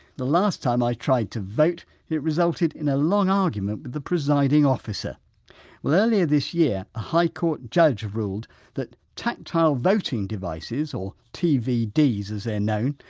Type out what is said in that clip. the last time i tried to vote it resulted in a long argument with the presiding officer well earlier this year, a high court judge ruled that tactile voting devices, or tvds as they're known,